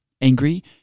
angry